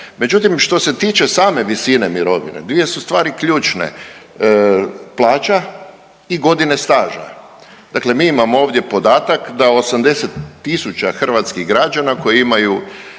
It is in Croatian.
Međutim, što se tiče same visine mirovine dvije su stvari ključne, plaća i godine staža. Dakle, mi imamo ovdje podatak da 80.000 hrvatskih građana koji imaju